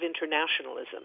internationalism